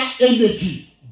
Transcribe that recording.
energy